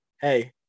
hey